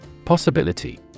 Possibility